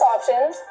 Options